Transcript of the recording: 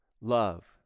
love